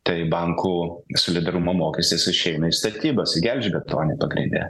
tai bankų solidarumo mokestis išeina į statybąs į gelžbetonį pagrinde